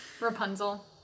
rapunzel